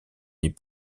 les